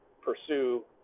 pursue